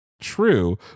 true